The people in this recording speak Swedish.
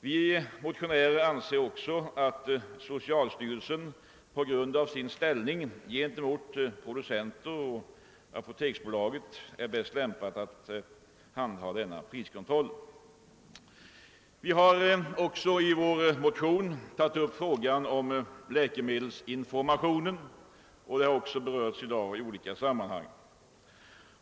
Vi motionärer anser också, att socialstyrelsen på grund av sin ställning gentemot producenter och apoteksbolaget är bäst ägnad att handha denna priskontroll. Vi har också i vår motion tagit upp frågan om läkemedelsinformationen, vilken fråga även berörts i dag i olika sammanhang.